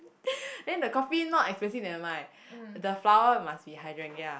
then the coffin not expensive nevermind the flower must be hydrangea